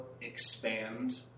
expand